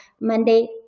Monday